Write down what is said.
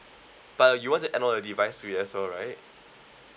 but you want to end already wise two years old right